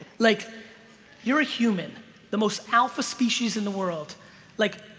like you're a human the most alpha species in the world like